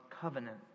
covenant